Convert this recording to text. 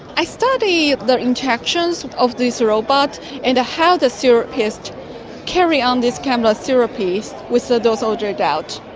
i study the interactions of these robots and how the therapists carry on this kind of but so therapy so with so those older adults.